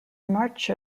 march